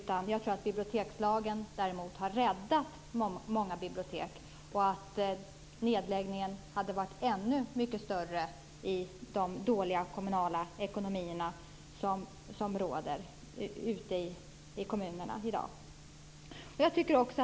Tvärtom tror jag att bibiliotekslagen har räddat många bibliotek och att antalet nedläggningar utan den här lagen skulle ha varit ännu större med tanke på den dåliga ekonomi som i dag råder ute i kommunerna.